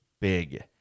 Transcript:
big